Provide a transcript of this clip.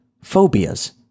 phobias